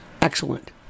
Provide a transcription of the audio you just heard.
Excellent